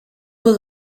will